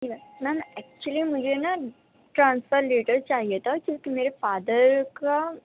جی میں ma'am actually مجھے نا ٹرانسفر لیٹر چاہیے تھا کیونکہ میرے فادر کا